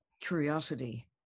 curiosity